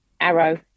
arrow